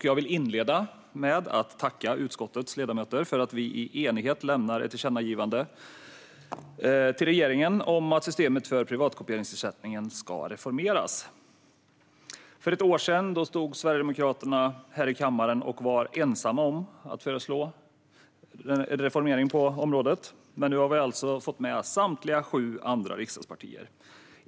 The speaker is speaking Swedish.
Jag vill inleda med att tacka utskottets ledamöter för att vi i enighet lämnar ett tillkännagivande till regeringen om att systemet för privatkopieringsersättningen ska reformeras. För ett år sedan stod Sverigedemokraterna här i kammaren och var ensamma om att föreslå en reformering på området, men nu har vi alltså fått med samtliga sju andra riksdagspartier.